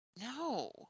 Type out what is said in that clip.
no